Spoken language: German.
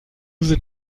sind